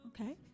Okay